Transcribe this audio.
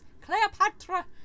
Cleopatra